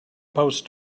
post